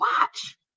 watch